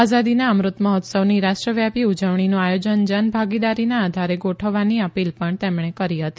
આઝાદીના અમૃત મહોત્સવની રાષ્ટ્રવ્યાપી ઉજવણીનું આયોજન જન ભાગીદારીના આધારે ગોઠવવાની અપીલ પણ તેમણે કરી હતી